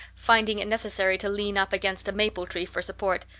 finding it necessary to lean up against a maple tree for support,